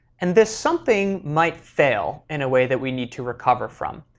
and this something might fail in a way that we need to recover from.